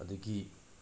ꯑꯗꯨꯒꯤ